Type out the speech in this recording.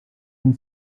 den